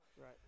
Right